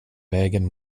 vägen